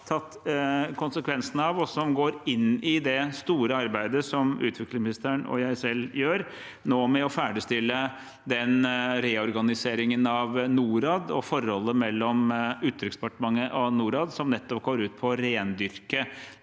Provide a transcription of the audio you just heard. tatt konsekvensen av, og som går inn i det store arbeidet som utviklingsministeren og jeg nå gjør med å ferdigstille reorganiseringen av Norad. Forholdet mellom Utenriksdepartementet og Norad går nettopp ut på å rendyrke